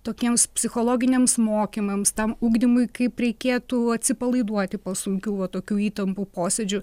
tokiems psichologiniams mokymams tam ugdymui kaip reikėtų atsipalaiduoti po sunkių va tokių įtampų posėdžių